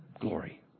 glory